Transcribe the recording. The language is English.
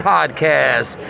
Podcast